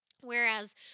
Whereas